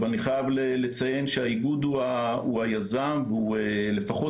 אבל אני חייב לציין שהאיגוד הוא היזם והוא לפחות,